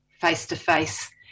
face-to-face